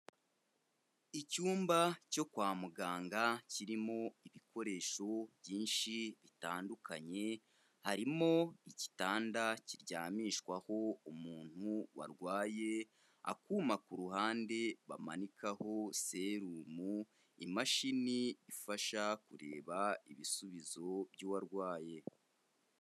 Icyumba cyo kwa muganga kirimo ibikoresho byinshi bitandukanye. Harimo igitanda kiryamishwaho umuntu warwaye, akuma ku ruhande bamanikaho serumu, imashini ifasha kureba ibisubizo by'uwarwaye.